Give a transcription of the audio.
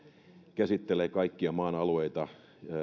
käsittelee kaikkia maan alueita